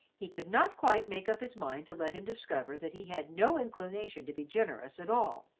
he could not quite make up his mind to let him discover that he had no inclination to be generous at all,